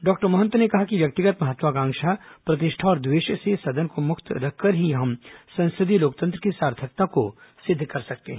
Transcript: doctor Mahant ने कहा कि व्यक्तिगत महत्वाकांक्षा प्रतिष्ठा और द्वेष से सदन को मुक्त रखकर ही हम संसदीय लोकतंत्र की सार्थकता को सिद्ध कर सकते हैं